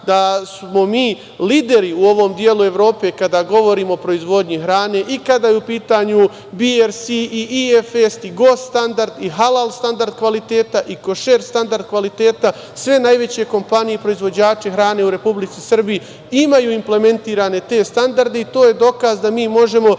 da smo mi lideri u ovom delu Evrope kada govorimo o proizvodnji hrane i kada je u pitanju BRS, IFS i halal standard kvaliteta i košer standard kvaliteta. Sve najveće kompanije i proizvođači hrane u Republici Srbiji imaju implementirane te standarde, i to je dokaz da mi možemo